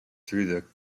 through